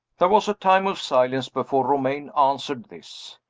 there was a time of silence, before romayne answered this.